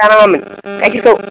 जानाङामोन गायखेरखौ